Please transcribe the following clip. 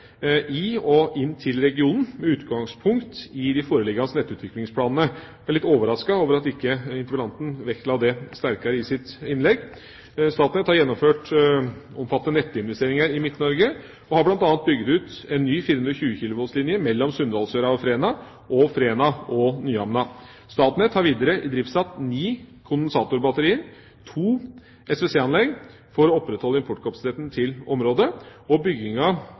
i og inn til regionen med utgangspunkt i de foreliggende nettutviklingsplanene. Jeg er litt overrasket over at ikke interpellanten vektla det sterkere i sitt innlegg. Statnett har gjennomført omfattende nettinvesteringer i Midt-Norge, og har bl.a. bygd ny 420 kV-linje mellom Sunndalsøra og Fræna og Fræna og Nyhamna. Statnett har videre idriftsatt ni kondendsatorbatterier og to SVC-anlegg for å opprettholde importkapasiteten til området. Bygginga